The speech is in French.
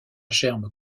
germe